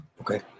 Okay